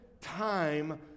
time